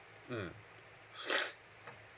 mm